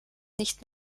nicht